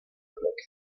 fleck